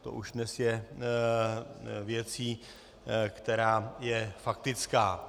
To už dnes je věcí, která je faktická.